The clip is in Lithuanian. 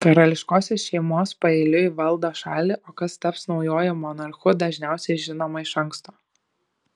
karališkosios šeimos paeiliui valdo šalį o kas taps naujuoju monarchu dažniausiai žinoma iš anksto